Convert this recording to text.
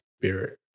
spirit